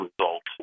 results